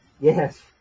Yes